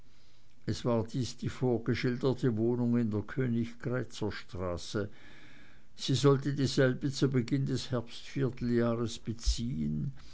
es war dies die vorgeschilderte wohnung in der königgrätzer straße sie sollte dieselbe zu beginn des herbstvierteljahres beziehen